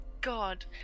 god